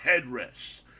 headrests